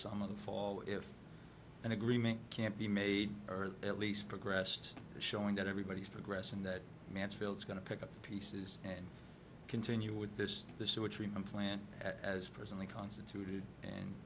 summer the fall if an agreement can't be made or at least progressed showing that everybody is progressing that mansfield is going to pick up the pieces and continue with this the sewage treatment plant as personally constituted and